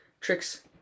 tricks